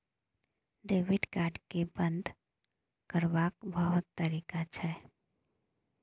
debit card केँ बंद करबाक बहुत तरीका छै